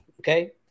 Okay